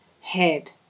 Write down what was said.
head